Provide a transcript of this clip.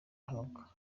ahabwa